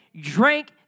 drank